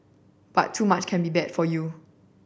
but too much can be bad for you